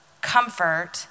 comfort